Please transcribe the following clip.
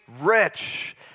rich